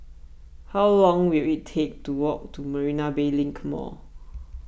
how long will it take to walk to Marina Bay Link Mall